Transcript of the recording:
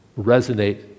resonate